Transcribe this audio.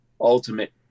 ultimate